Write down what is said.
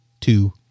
two